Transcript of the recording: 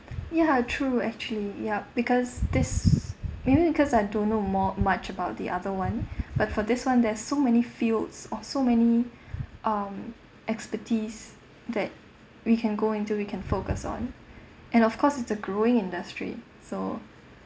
ya true actually ya because this maybe because I don't know more much about the other [one] but for this one there's so many fields or so many um expertise that we can go into we can focus on and of course it's a growing industry so